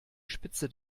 spitze